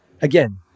again